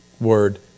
word